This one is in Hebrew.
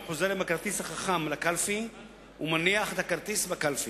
הוא חוזר עם הכרטיס החכם לקלפי ומניח את הכרטיס בקלפי.